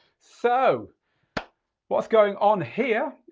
so what's going on here?